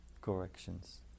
corrections